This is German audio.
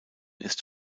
ist